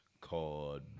called